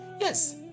Yes